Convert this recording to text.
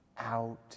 out